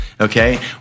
Okay